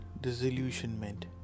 disillusionment